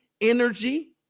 energy